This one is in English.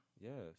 Yes